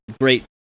great